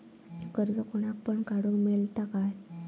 कर्ज कोणाक पण काडूक मेलता काय?